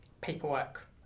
paperwork